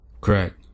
Correct